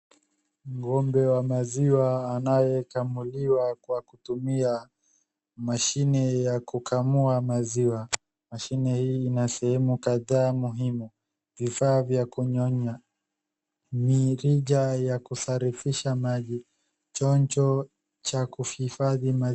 Ngombe wa maziwa anaye kamuliwa kwa kutumia mashine ya kukamua maziwa . Mashine hii ina sehemu kadhaa muhimu .Vifaa vya kunyonya ,mirija ya kusarifisha maji chonjo cha kuhifadhi ma....